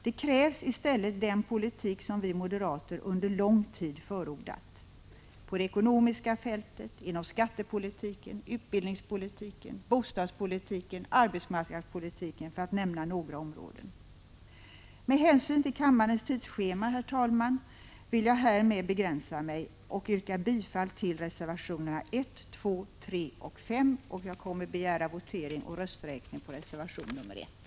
Det krävs i stället den politik vi moderater under lång tid har förordat på det ekonomiska fältet, inom skattepolitiken, utbildningspolitiken, bostadspolitiken, arbetsmarknadspolitiken för att nämna några områden. Med hänsyn till kammarens tidsschema, herr talman, vill jag härmed begränsa mig och yrka bifall till reservationerna 1, 2, 3 och 5. Jag kommer att begära votering och rösträkning på reservation 1.